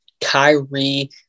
Kyrie